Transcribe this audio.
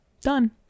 Done